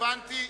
הבנתי.